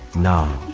no.